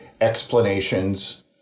explanations